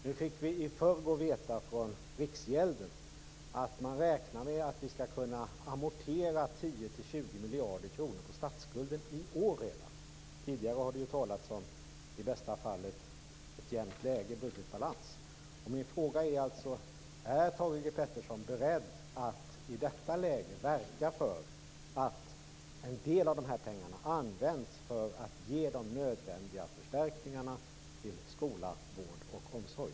Nu fick vi i förrgår veta att riksgälden räknar med att vi skall kunna amortera 10-20 miljarder på statsskulden redan i år - tidigare har det ju talats om att i bästa fall uppnå ett jämnt läge, budgetbalans. Min fråga är: Är Thage G Peterson beredd att i detta läge verka för att en del av de här pengarna används för att ge de nödvändiga förstärkningarna till skola, vård och omsorg?